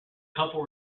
couple